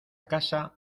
casa